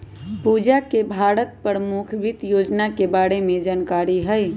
पूजा के भारत के परमुख वित योजना के बारे में जानकारी हई